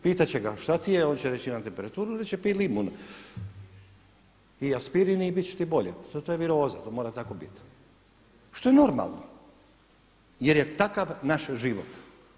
Pitat će ga šta ti je, on će reći imam temperaturu, reće pij limun i aspirin i bit će ti bolje, to je viroza to mora tako biti, što je normalno jer je takav naš život.